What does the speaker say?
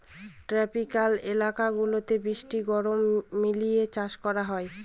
tropical এলাকা গুলাতে বৃষ্টি গরম মিলিয়ে চাষ করা হয়